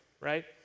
right